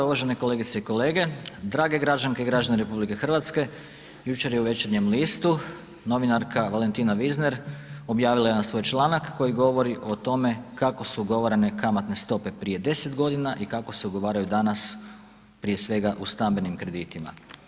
Uvažene kolegice i kolege, drage građanke i građani RH jučer je u Večernjem listu novinarka Valentina Vizner objavila jedan svoj članak koji govori o tome kako su ugovarane kamatne stope prije 10 godina i kako se ugovaraju danas, prije svega u stambenim kreditima.